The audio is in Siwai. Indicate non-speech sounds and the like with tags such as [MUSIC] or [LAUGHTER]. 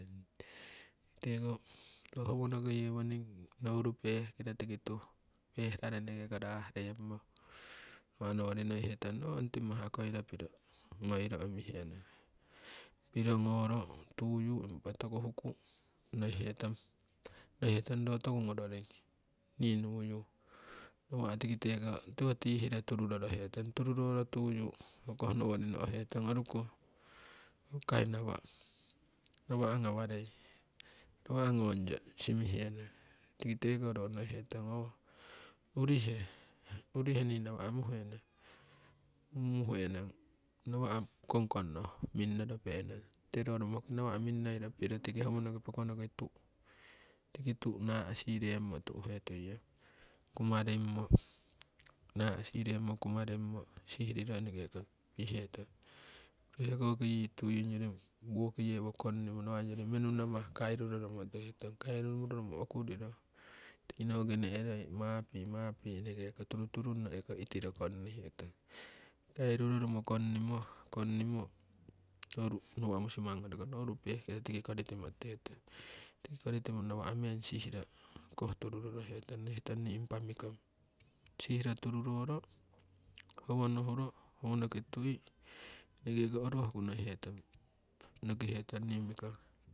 Tiki teko howonoki yewoning nouru pehkiro tiki tuh. pehraro eneke ko rah reemo nawa' nowori nokihe tong noo ong timah ukoiro piro ngoiro omihe nong, piro ngoro tuyu. impa toku huku nohihe tong. nohihe tong rotoku ngororing, nii nuyu. nawa' tiki teko tiwo tihiro turu rorohetong. Tururoro tuyu ho koh nowori no'hetong oruko okoh kai nawa' nawa' ngawarei nawa' ngongyo simihenong tiki teko ro nohihe tong oho urihe, urihe nii nawa' muhenong muheong [NOISE] nawa' kongkong noh minnorope nong tiki te ro romoki nawa' minnoiro piro tiki howonoki pokonoki tu'u. Tiki tu'u nasireemo tu'he tuiyong kumarimmo. nasiremmo kumarimmo sihiriro eneke ko pihetong. Hekoki yii tui ongyori woki yewo kongnimo nawa' ongyori menu namah kairuroromo tuhetong kairu roromo okuriro tiki noki nehre mapi, mapi eneke ko turu turunno eneke ko itiro kongni hetong. Kairu roromo kongnimo kongnimo noru nawa' musimang goriki nouru peh kiro tiki koritimo tutihetute. Tiki koritimo nawa' meng sihiro koh turu rorohe tong nohihe tong nii impa mikong. Sihiro turu roro howno huro howonoki tui. eneke ko orohku nokihe [NOISE] tong nokihe tong nii mikong.